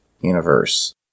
Universe